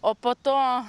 o po to